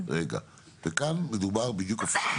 כאן מדובר בדיוק הפוך,